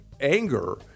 anger